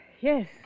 Yes